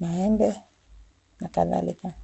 maembe na kadhalika.